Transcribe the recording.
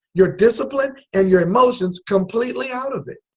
your discipline and your emotions completely out of it.